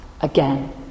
again